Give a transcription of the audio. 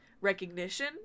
recognition